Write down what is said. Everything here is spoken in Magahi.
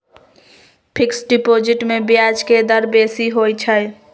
फिक्स्ड डिपॉजिट में ब्याज के दर बेशी होइ छइ